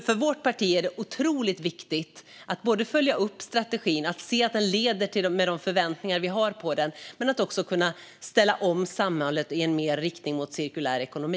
För vårt parti är det otroligt viktigt att följa upp strategin och se att den leder till de förväntningar vi har på den. Men det handlar också om att kunna ställa om samhället mer i en riktning mot cirkulär ekonomi.